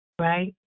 right